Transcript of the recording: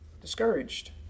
discouraged